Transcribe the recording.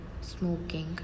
smoking